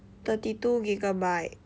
thirty two gigabyte